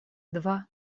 два